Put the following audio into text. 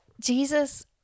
Jesus